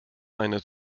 eine